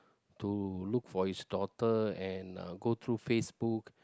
to look for his daughter and look through Facebook